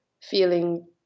feeling